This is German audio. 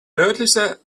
nördlichste